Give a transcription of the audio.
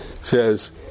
says